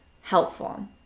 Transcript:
helpful